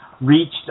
reached